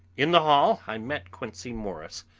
in the hall i met quincey morris,